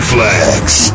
Flags